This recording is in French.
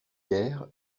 hier